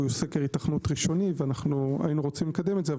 -- היתכנות ראשוני והיינו רוצים לקדם את זה.